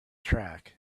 track